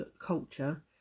culture